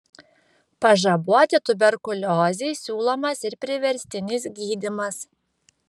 pažaboti tuberkuliozei siūlomas ir priverstinis gydymas